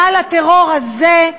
גל הטרור הזה,